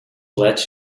let